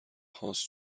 هاست